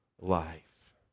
life